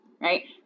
right